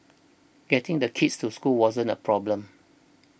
getting the kids to school wasn't a problem